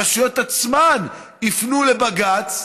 הרשויות עצמן יפנו לבג"ץ,